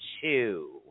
two